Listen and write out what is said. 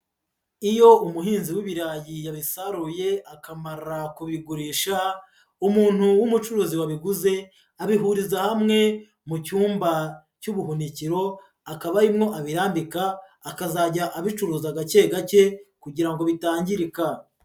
Iyo umuhinzi w'ibirayi yabisaruye akamararo kubigurisha, umuntu w'umucuruzi wabiguze, abihuriza hamwe mu cyumba cy'ubuhumekero, akaba ariho abirambika, akazajya abicuruza gake gake kugira ngo bitangirika.